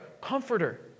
comforter